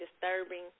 disturbing